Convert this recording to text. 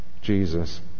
Jesus